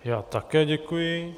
Já také děkuji.